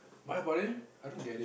but ya but then I don't get it